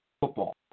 football